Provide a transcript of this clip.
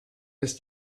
ist